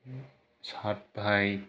सातभाय